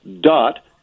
dot